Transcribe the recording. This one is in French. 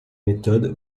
méthode